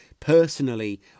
personally